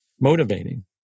motivating